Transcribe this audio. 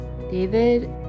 David